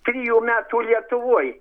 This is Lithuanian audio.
trijų metų lietuvoj